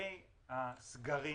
לגבי סגרים